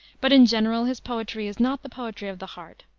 but in general his poetry is not the poetry of the heart,